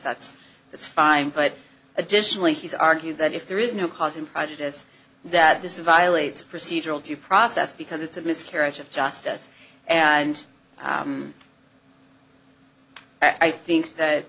that's that's fine but additionally he's argued that if there is no cause in prejudice that this violates procedural due process because it's a miscarriage of justice and i think that